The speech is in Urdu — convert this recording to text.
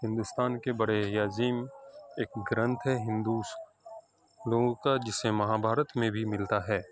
ہندوستان کے بڑے عظیم ایک گرنتھ ہے ہندو لوگوں کا جسے مہا بھارت میں بھی ملتا ہے